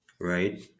right